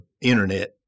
internet